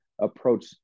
approach